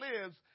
lives